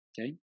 okay